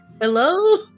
hello